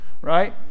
right